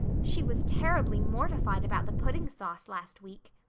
she was terribly mortified about the pudding sauce last week.